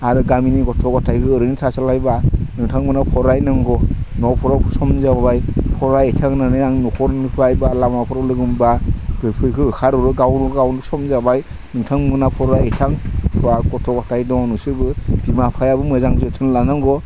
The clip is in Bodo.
आरो गामिनि गथ' गथाइखो ओरैनो थाद्लायोब्ला नोंथांमोना फरायनांगो न'फोराव सम जाबोबाय फरायहैथां होननानै आं न'खरनिफ्राय सोरबा लामाफोराव लोगो मोनबा होखारहरो गावनो सम जाबाय नोंथांमोना फरायहैथां गथ' गथाइ दं नोंसोरबो बिमा बिफायाबो मोजां जोथोन लानांगौ